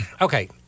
okay